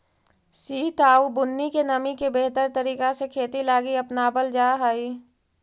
सित आउ बुन्नी के नमी के बेहतर तरीका से खेती लागी अपनाबल जा हई